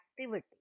activity